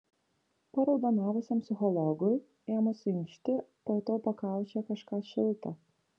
paraudonavusiam psichologui ėmus inkšti pajutau pakaušyje kažką šilta